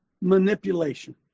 manipulation